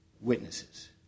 witnesses